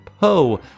Po